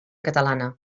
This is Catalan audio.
catalana